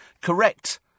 Correct